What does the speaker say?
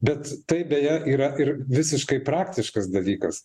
bet tai beje yra ir visiškai praktiškas dalykas